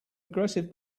aggressive